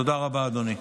תודה רבה, אדוני.